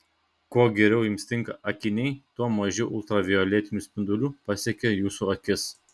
kuo geriau jums tinka akiniai tuo mažiau ultravioletinių spindulių pasiekia jūsų akis